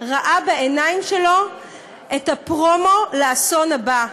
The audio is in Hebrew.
ראה בעיניים שלו את הפרומו של האסון הבא.